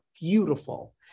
beautiful